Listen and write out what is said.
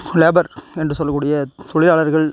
labour என்று சொல்லக் கூடிய தொழிலாளர்கள்